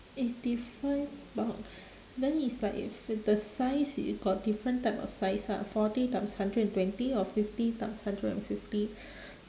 eighty five bucks then is like if the size it got different type of size lah forty times hundred and twenty or fifty times hundred and fifty